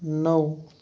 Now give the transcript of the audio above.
نَو